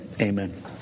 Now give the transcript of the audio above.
Amen